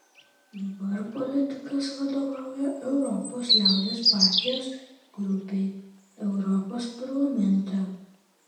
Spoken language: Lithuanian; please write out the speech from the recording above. dabar politikas vadovauja europos liaudies partijos grupei europos parlamente